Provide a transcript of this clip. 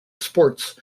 sports